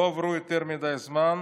לא עבר יותר מדי זמן,